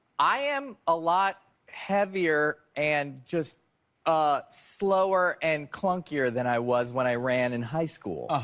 i am a lot heavier and just ah slower and clungier than i was when i ran in high school.